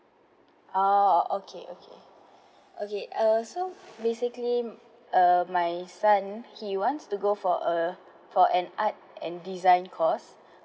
ah okay okay okay uh so basically uh my son he wants to go for uh for an art and design course